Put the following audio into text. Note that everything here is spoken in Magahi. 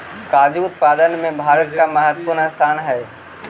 काजू उत्पादन में भारत का महत्वपूर्ण स्थान हई